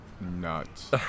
nuts